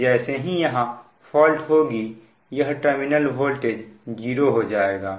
तो जैसे ही यहां फॉल्ट होगी यह टर्मिनल वोल्टेज जीरो हो जाएगा